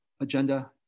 agenda